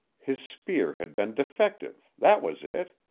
his spear had been defective that was it.